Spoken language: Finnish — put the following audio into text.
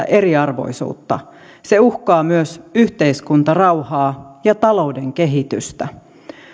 eriarvoisuutta se uhkaa myös yhteiskuntarauhaa ja talouden kehitystä